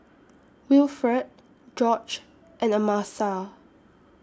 Wilfred George and Amasa